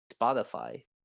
Spotify